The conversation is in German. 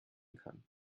kann